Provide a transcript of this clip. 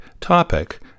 topic